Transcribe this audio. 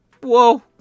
Whoa